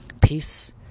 peace